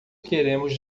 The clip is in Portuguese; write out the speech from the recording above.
queremos